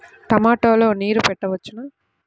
టమాట లో నీరు పెట్టవచ్చునా?